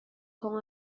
com